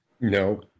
No